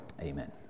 Amen